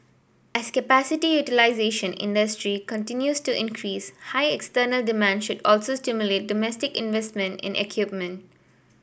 as capacity utilisation in industry continues to increase high external demand should also stimulate domestic investment in equipment